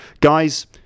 Guys